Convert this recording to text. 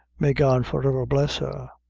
may god for ever bless her!